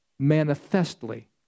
manifestly